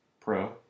pro